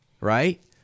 Right